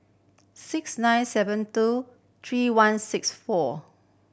six nine seven two three one six four